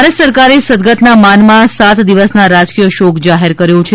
ભારત સરકારે સદગતના માનમાં સાત દિવસના રાજકીય શોક જાહેર કર્યો છે